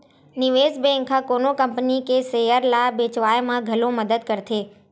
निवेस बेंक ह कोनो कंपनी के सेयर ल बेचवाय म घलो मदद करथे